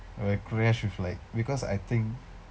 or I crash with like because I think